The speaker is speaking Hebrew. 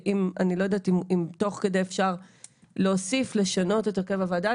אני לא יודעת אם תוך כדי אפשר להוסיף או לשנות את הרכב הוועדה.